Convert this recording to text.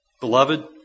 Beloved